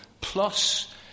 Plus